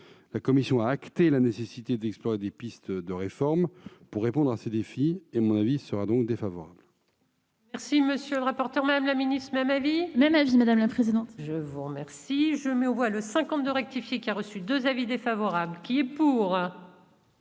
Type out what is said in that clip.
La commission a acté la nécessité d'explorer des pistes de réforme pour répondre à ces défis. J'émets donc un avis défavorable